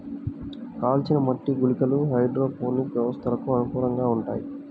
కాల్చిన మట్టి గుళికలు హైడ్రోపోనిక్ వ్యవస్థలకు అనుకూలంగా ఉంటాయి